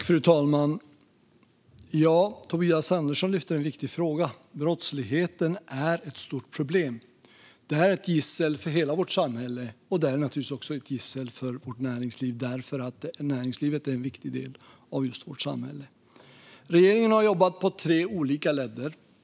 Fru talman! Tobias Andersson lyfter en viktig fråga - brottsligheten är ett stort problem. Den är ett gissel för hela vårt samhälle och naturligtvis även för vårt näringsliv, som är en viktig del av vårt samhälle. Regeringen har jobbat på tre olika ledder.